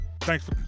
Thanks